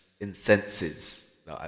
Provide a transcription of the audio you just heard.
Incenses